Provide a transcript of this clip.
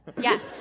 Yes